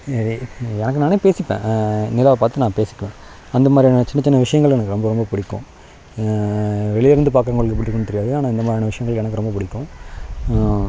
எனக்கு நானே பேசிப்பேன் நிலாவைப் பார்த்து நான் பேசிக்குவேன் அந்த மாதிரியான சின்னச் சின்ன விஷயங்கள் எனக்கு ரொம்ப ரொம்ப பிடிக்கும் வெளியிருந்து பார்க்குறவங்களுக்கு எப்படி இருக்குதுன்னு தெரியாது ஆனால் இந்த மாதிரியான விஷயங்கள் எனக்கு ரொம்பப் பிடிக்கும்